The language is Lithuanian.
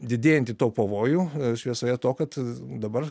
didėjantį to pavojų šviesoje to kad dabar